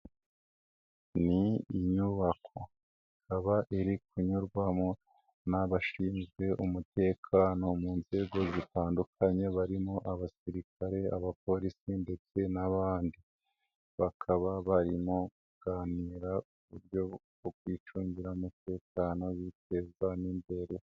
Ni inyubako ikaba iri kunyurwamo n'abashinzwe umutekano mu nzego zitandukanye barimo abasirikare abapolisi ndetse n'abandi, bakaba barimo kuganira uburyo bwo kwicungira umutekano biteza n'imbere.